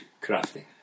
crafty